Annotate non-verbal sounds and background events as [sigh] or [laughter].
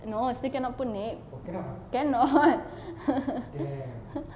no still cannot put name cannot [laughs]